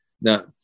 Now